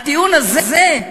הטיעון הזה,